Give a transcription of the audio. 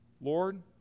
Lord